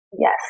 Yes